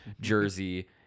jersey